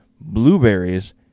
blueberries